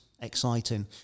exciting